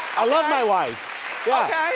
i love my wife, yeah.